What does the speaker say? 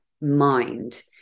mind